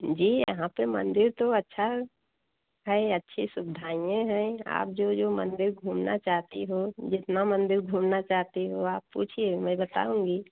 जी यहाँ पर मंदिर तो अच्छा है अच्छी सुविधाएँ हैं आप जो जो मंदिर घूमना चाहती हो जितने मंदिर घूमना चाहती हो आप पूछिए मैं बताऊँगी